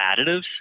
additives